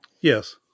Yes